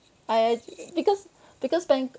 I ac~ because because